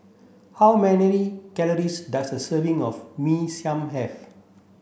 how many calories does a serving of Mee Siam have